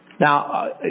Now